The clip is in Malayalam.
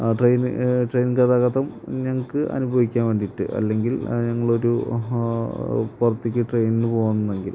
ട്രെയിൻ ട്രെയിൻ ഗതാഗതം ഞങ്ങൾക്ക് അനുഭവിക്കാൻ വേണ്ടിയിട്ട് അല്ലെങ്കിൽ ഞങ്ങളൊരു പുറത്തേക്ക് ട്രെയിൻ പോകുന്നെങ്കിൽ